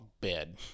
bed